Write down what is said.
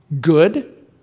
good